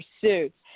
pursuits